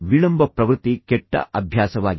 ವಿಳಂಬ ಪ್ರವೃತ್ತಿ ಕೆಟ್ಟ ಅಭ್ಯಾಸವಾಗಿದೆ